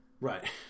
Right